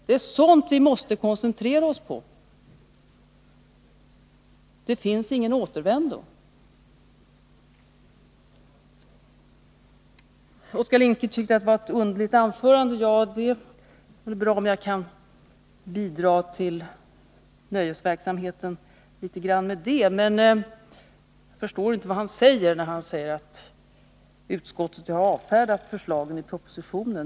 Det är sådant vi måste koncentrera oss på. Det finns ingen återvändo. Oskar Lindkvist tyckte att det var ett underligt anförande jag höll, och det är väl bra om jag på det sättet kan bidra till nöjesverksamheten. Men jag förstår inte vad Oskar Lindkvist menar, när han säger att utskottet har avfärdat förslagen i propositionen.